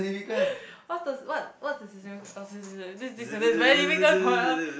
what's the what what is the this sentence is very difficult for that one